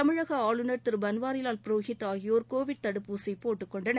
தமிழக ஆளுநர் திரு பன்வாரிலால் புரோஹித் ஆகியோர் கோவிட் தடுப்பூசி போட்டுக் கொண்டனர்